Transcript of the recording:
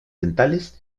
dentales